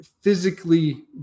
physically